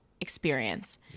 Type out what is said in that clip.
experience